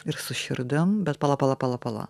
ir su širdim bet pala pala pala pala